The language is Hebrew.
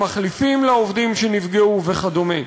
המחליפים לעובדים שנפגעו וכדומה.